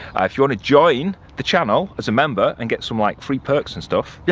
if you want to join the channel as a member and get some like free perks and stuff, yeah